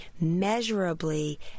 measurably